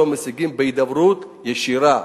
שלום משיגים בהידברות ישירה,